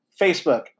Facebook